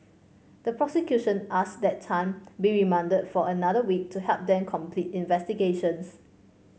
the prosecution asked that Tan be remanded for another week to help them complete investigations